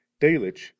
Dalich